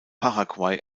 paraguay